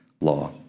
law